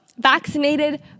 vaccinated